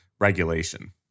regulation